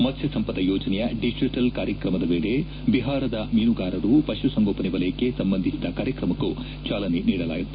ಮತ್ಪ್ಪ ಸಂಪದ ಯೋಜನೆಯ ಡಿಜಿಟಲ್ ಕಾರ್ಯಕ್ರಮದ ವೇಳೆ ಬಿಹಾರದ ಮೀನುಗಾರರು ಪಶುಸಂಗೋಪನೆ ವಲಯಕ್ಕೆ ಸಂಬಂಧಿಸಿದ ಕಾರ್ಯಕ್ರಮಕ್ಕೂ ಚಾಲನೆ ನೀಡಲಿದ್ದಾರೆ